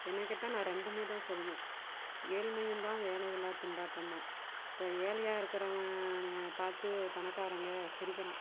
என்னை கேட்டால் நான் ரெண்டுமே தான் சொல்வேன் ஏழ்மையும் தான் வேலையில்லாத திண்டாட்டம் தான் இப்போ ஏழையாக இருக்கிறவன் பார்த்து பணக்காரங்க சிரிக்கிறான்